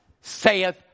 saith